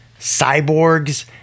cyborgs